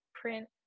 print